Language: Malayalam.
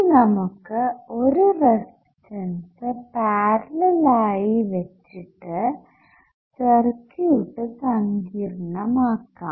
ഇനി നമുക്ക് ഒരു റെസിസ്റ്റൻസ് പാരലൽ ആയി വെച്ചിട്ട് സർക്യൂട്ട് സങ്കീർണ്ണമാക്കാം